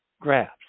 graphs